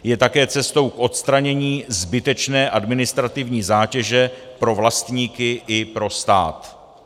Je také cestou k odstranění zbytečné administrativní zátěže pro vlastníky i pro stát.